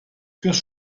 fürs